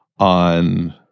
On